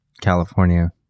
california